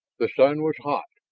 the sun was hot.